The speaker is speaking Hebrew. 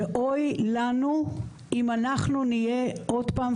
שאוי לנו אם אנחנו נהיה עוד פעם,